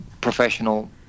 professional